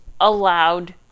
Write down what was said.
allowed